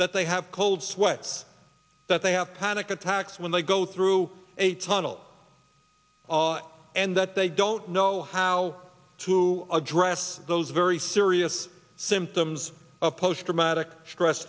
that they have cold sweats that they have panic attacks when they go through a tunnel and that they don't know how to address those very serious symptoms of post traumatic stress